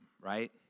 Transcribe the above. right